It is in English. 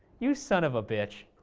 you son of a bitch.